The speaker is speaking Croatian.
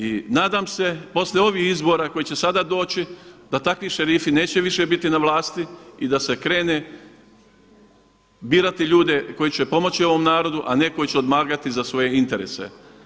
I nadam se poslije ovih izbora koji će sada doći da takvi šerifi neće biti više na vlasti i da se krene birati ljude koji će pomoći ovome narodu, a ne koji će odmagati za svoje interese.